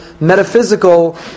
metaphysical